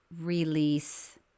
release